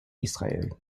israel